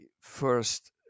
first